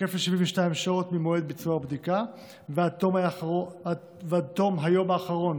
שתקף ל-72 שעות ממועד ביצוע הבדיקה ועד תום היום האחרון